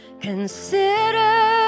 Consider